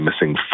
missing